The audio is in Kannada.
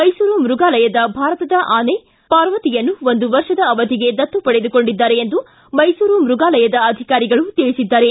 ಮೈಸೂರು ಮ್ಯಗಾಲಯದ ಭಾರತದ ಆನೆ ಪಾರ್ವತಿಯನ್ನು ಒಂದು ವರ್ಷದ ಅವಧಿಗೆ ದತ್ತು ಪಡೆದುಕೊಂಡಿದ್ದಾರೆ ಎಂದು ಮೈಸೂರು ಮ್ಬಗಾಲಯದ ಅಧಿಕಾರಿಗಳು ತಿಳಿಸಿದ್ದಾರೆ